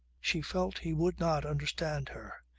she felt he would not understand her.